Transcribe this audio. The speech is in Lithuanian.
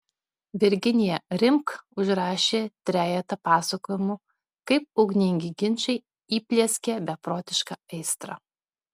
virginija rimk užrašė trejetą pasakojimų kaip ugningi ginčai įplieskė beprotišką aistrą